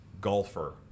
golfer